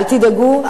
אל תדאגו,